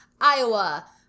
Iowa